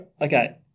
Okay